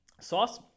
Sauce